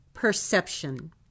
perception